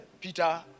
Peter